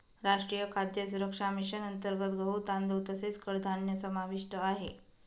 राष्ट्रीय खाद्य सुरक्षा मिशन अंतर्गत गहू, तांदूळ तसेच कडधान्य समाविष्ट आहे